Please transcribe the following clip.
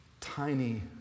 tiny